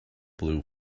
blue